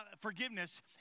forgiveness